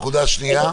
נקודה שנייה.